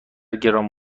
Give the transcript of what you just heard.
گران